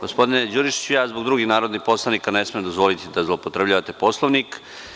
Gospodine Đurišiću, ja zbog drugih narodnih poslanika ne smem dozvoliti da zloupotrebljavate Poslovnik.